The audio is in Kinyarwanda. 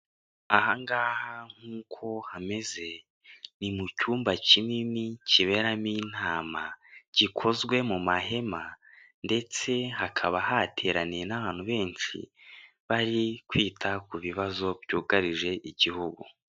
Aha ngaho nk'uko hameze, ni mu cyumba kinini kiberamo inama gikozwe mu mahema, ndetse hakaba hateraniye n'abantu benshi bari kwita ku bibazo byugarije igihugu.